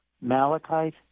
malachite